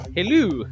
Hello